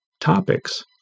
topics